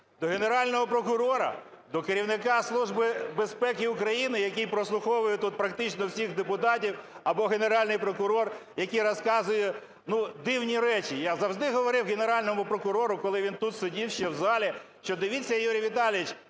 До Генерального прокурора? До керівника Служби безпеки України, який прослуховує тут практично всіх депутатів? Або Генеральний прокурор, який розказує дивні речі, я завжди говорив Генеральному прокурору, коли він тут сидів ще в залі, що дивіться, Юрій Віталійович,